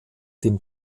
dem